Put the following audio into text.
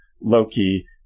Loki